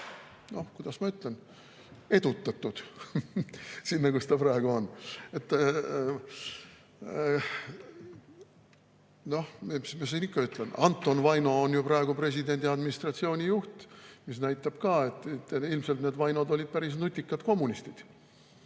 on, kuidas ma ütlen, edutatud sinna, kus ta praegu on. Mis me siin ikka ütleme. Anton Vaino on ju praegu presidendi administratsiooni juht, seegi näitab, et ilmselt need Vainod olid päris nutikad kommunistid.